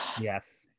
Yes